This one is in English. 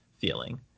feeling